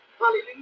Hallelujah